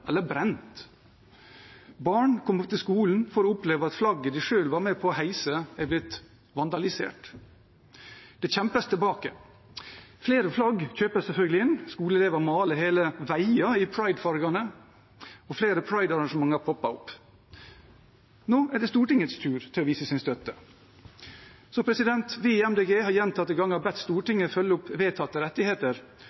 eller brent. Barn kommer til skolen for å oppleve at flagget de selv var med på å heise, er blitt vandalisert. Men det kjempes tilbake. Flere flagg kjøpes selvfølgelig inn. Skoleelever maler hele veier i Pride-fargene, og flere Pride-arrangementer er poppet opp. Nå er det Stortingets tur til å vise sin støtte. Vi i Miljøpartiet De Grønne har gjentatte ganger bedt